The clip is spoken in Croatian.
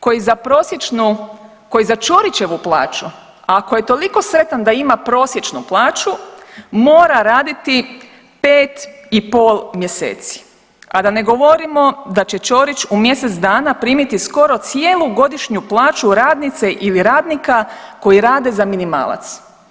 Koji za prosječnu, koji za Ćorićevu plaću, ako je toliko sretan da ima prosječnu plaću, mora raditi 5,5 mjeseci, a da ne govorimo da će Ćorić u mjesec dana primiti skoro cijelu godišnju plaću radnice ili radnika koji rade za minimalac.